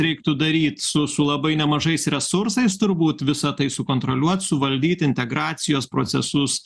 reiktų daryt su su labai nemažais resursais turbūt visa tai sukontroliuot suvaldyt integracijos procesus